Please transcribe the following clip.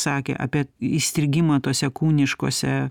sakė apie įstrigimą tose kūniškose